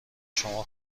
شما